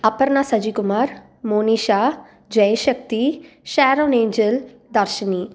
Aparna Sajikumar Monisha Jayashakthi Sharon Angel Dharshini